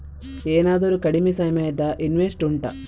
ಏನಾದರೂ ಕಡಿಮೆ ಸಮಯದ ಇನ್ವೆಸ್ಟ್ ಉಂಟಾ